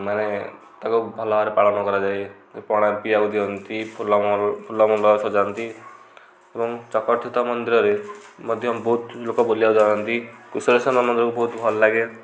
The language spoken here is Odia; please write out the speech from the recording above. ମାନେ ତାକୁ ଭଲ ଭାବରେ ପାଳନ କରାଯାଏ ପଣା ପିଇବାକୁ ଦିଅନ୍ତି ଫୁଲ ଫୁଲ ମଲ ସଜାନ୍ତି ଏବଂ ଚକର୍ଥିତ ମନ୍ଦିରରେ ମଧ୍ୟ ବହୁତ ଲୋକ ବୁଲିବାକୁ ଯାଆନ୍ତି କୃଷାଳେଶ୍ୱର ମନ୍ଦିରକୁ ବହୁତ ଭଲ ଲାଗେ